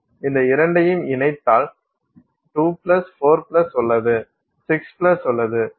இந்த இரண்டையும் இணைத்தால் 2 4 உள்ளது 6 உள்ளது